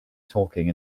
taking